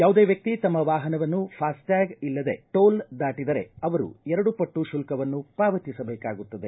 ಯಾವುದೇ ವ್ಯಕ್ತಿ ತಮ್ಮ ವಾಹನವನ್ನು ಫಾಸ್ಟೆಟ್ಟಾಗ್ ಇಲ್ಲದೇ ಟೋಲ್ ದಾಟದರೆ ಅವರು ಎರಡು ಪಟ್ಟು ಶುಲ್ತವನ್ನು ಪಾವತಿಸಬೇಕಾಗುತ್ತದೆ